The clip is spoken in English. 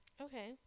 Okay